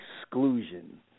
exclusion